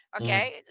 okay